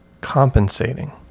compensating